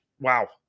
Wow